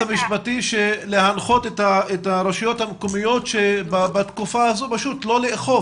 להנחות את הרשויות המקומיות שבתקופה הזו לא יאכפו